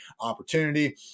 opportunity